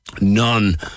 None